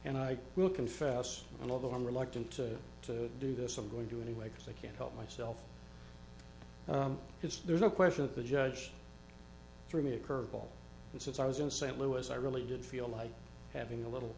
will confess and although i'm reluctant to to do this i'm going to anyway because i can't help myself because there's no question of the judge threw me a curve ball and since i was in st louis i really did feel like having a little